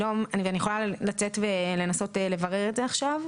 ואני יכולה לצאת ולנסות לברר את זה עכשיו.